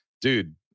dude